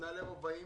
מנהלי הרבעים